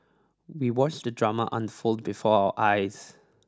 we watched the drama unfold before our eyes